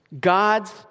God's